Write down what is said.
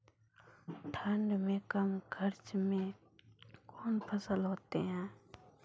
ठंड मे कम खर्च मे कौन फसल होते हैं?